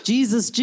Jesus